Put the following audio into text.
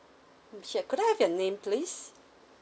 sure could I have your name please